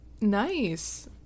nice